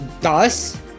Thus